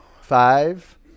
Five